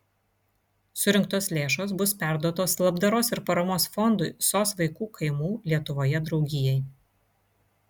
surinktos lėšos bus perduotos labdaros ir paramos fondui sos vaikų kaimų lietuvoje draugijai